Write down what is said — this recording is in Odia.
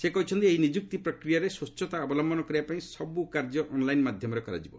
ସେ କହିଛନ୍ତି ଏହି ନିଯୁକ୍ତି ପ୍ରିକ୍ରିୟାରେ ସ୍ୱଚ୍ଚତା ଅବଲମ୍ଭନ କରିବାପାଇଁ ସମସ୍ତ କାର୍ଯ୍ୟ ଅନ୍ଲାଇନ୍ ମାଧ୍ୟମରେ କରାଯିବ